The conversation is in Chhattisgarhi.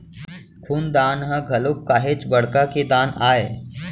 खून दान ह घलोक काहेच बड़का के दान आय